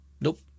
Nope